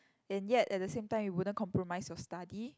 and yet at the same time it wouldn't compromise your study